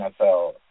NFL